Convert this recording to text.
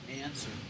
answer